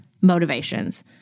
motivations